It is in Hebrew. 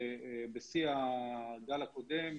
בשיא הגל הקודם,